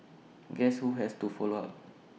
guess who has to follow up